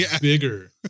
bigger